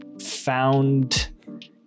found